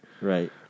Right